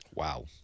Wow